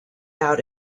out